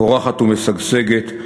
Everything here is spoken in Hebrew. פורחת ומשגשגת,